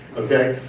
okay?